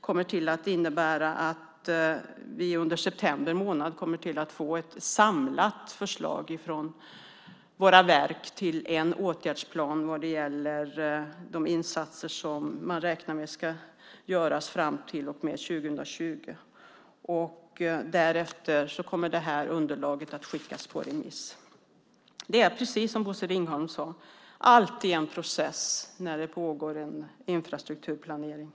Det innebär att vi under september månad kommer att få ett samlat förslag från våra verk till åtgärdsplan vad gäller de insatser som man räknar med ska göras fram till och med 2020. Därefter kommer underlaget att skickas ut på remiss. Det är, precis som Bosse Ringholm vet, alltid en process när det pågår en infrastrukturplanering.